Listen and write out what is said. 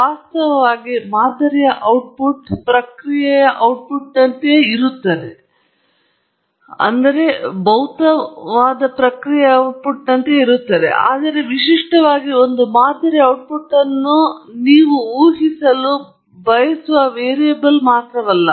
ವಾಸ್ತವವಾಗಿ ಮಾದರಿಯ ಔಟ್ಪುಟ್ ಪ್ರಕ್ರಿಯೆಯ ಔಟ್ಪುಟ್ನಂತೆಯೇ ಇರುತ್ತದೆ ಆದರೆ ವಿಶಿಷ್ಟವಾಗಿ ಒಂದು ಮಾದರಿಯ ಔಟ್ಪುಟ್ ನೀವು ಊಹಿಸಲು ಬಯಸುವ ವೇರಿಯಬಲ್ ಮಾತ್ರವಲ್ಲ